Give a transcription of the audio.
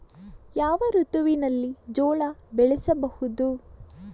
ಯಾವ ಋತುವಿನಲ್ಲಿ ಜೋಳ ಬೆಳೆಸಬಹುದು?